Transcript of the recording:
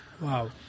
wow